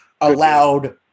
allowed